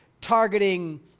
targeting